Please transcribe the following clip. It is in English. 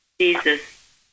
Jesus